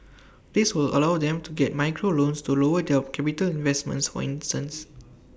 this will allow them to get micro loans to lower their capital investments for instance